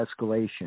escalation